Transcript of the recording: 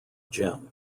gym